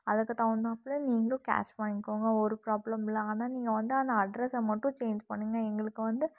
அதுக்கு தகுந்தாப்புல நீங்கள் கேஷ் வாங்கிக்கோங்க ஒரு ப்ராப்லம் இல்லை ஆனால் நீங்கள் வந்து அந்த அட்ரஸை மட்டும் சேஞ்ச் பண்ணுங்க எங்களுக்கு வந்து